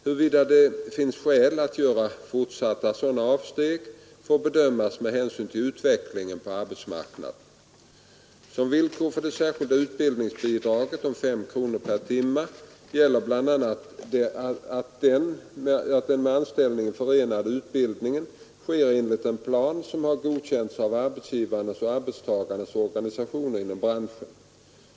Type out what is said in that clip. Huruvida det finns skäl att göra fortsatta sådana avsteg får bedömas med hänsyn till utvecklingen på arbetsmarknaden. Som villkor för det särskilda utbildningsbidraget om 5 kronor per timme gäller bl.a. att den med anställningen förenade utbildningen sker enligt en plan som har godkänts av arbetsgivarnas och arbetstagarnas organisationer inom branschen.